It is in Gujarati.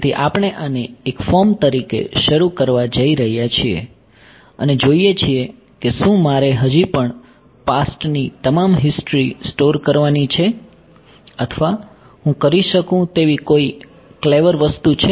તેથી આપણે આને એક ફોર્મ તરીકે શરૂ કરવા જઈ રહ્યા છીએ અને જોઈએ છીએ કે શું મારે હજી પણ પાસ્ટની તમામ હિસ્ટ્રી સ્ટોર કરવાની છે અથવા હું કરી શકું તેવી કોઈ ક્લેવર વસ્તુ છે